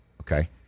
Okay